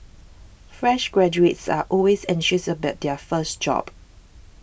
fresh graduates are always anxious about their first job